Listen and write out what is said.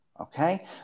Okay